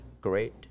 great